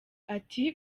ati